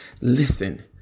Listen